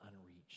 unreached